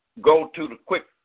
go-to-the-quick